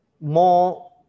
more